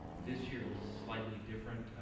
this year was slightly different.